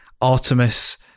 Artemis